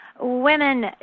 Women